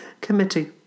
Committee